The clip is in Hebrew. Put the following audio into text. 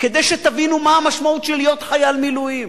כדי שתבינו מה המשמעות של להיות חייל מילואים.